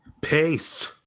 Peace